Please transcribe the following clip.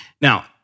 Now